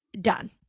done